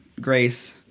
Grace